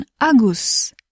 Agus